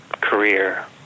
career